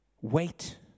wait